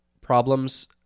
problems